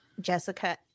Jessica